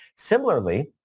similarly,